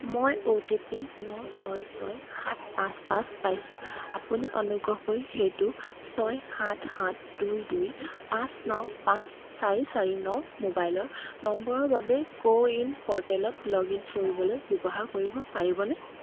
মই O T P ন ছয় ছয় সাত পাঁচ পাঁচ পাইছোঁ আপুনি অনুগ্ৰহ কৰি সেইটো ছয় সাত সাত দুই দুই পাঁচ ন পাঁচ চাৰি চাৰি ন মোবাইলৰ নম্বৰৰ বাবে কো ৱিন প'ৰ্টেলত লগ ইন কৰিবলৈ ব্যৱহাৰ কৰিব পাৰিবনে